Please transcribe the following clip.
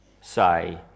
say